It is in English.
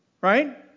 right